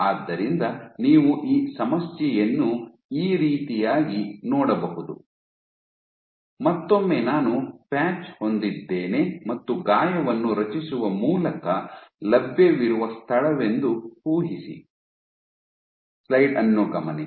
ಆದ್ದರಿಂದ ನೀವು ಈ ಸಮಸ್ಯೆಯನ್ನು ಈ ರೀತಿಯಾಗಿ ನೋಡಬಹುದು ಮತ್ತೊಮ್ಮೆ ನಾನು ಪ್ಯಾಚ್ ಹೊಂದಿದ್ದೇನೆ ಮತ್ತು ಗಾಯವನ್ನು ರಚಿಸುವ ಮೂಲಕ ಲಭ್ಯವಿರುವ ಸ್ಥಳವೆಂದು ಊಹಿಸಿ